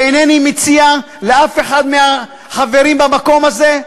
ואינני מציע לאף אחד מהחברים במקום הזה,